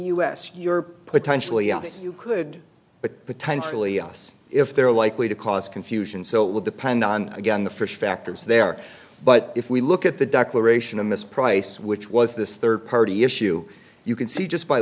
us you're potentially yes you could but potentially us if they're likely to cause confusion so it will depend on again the fish factors there but if we look at the dock liberation of miss price which was this third party issue you can see just by